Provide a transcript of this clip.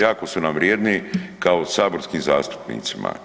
Jako su nam vrijedni kao saborskim zastupnicima.